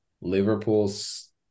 Liverpool's